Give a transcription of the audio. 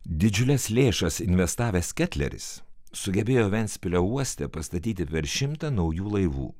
didžiules lėšas investavęs ketleris sugebėjo ventspilio uoste pastatyti per šimtą naujų laivų